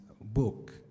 book